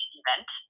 event